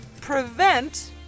prevent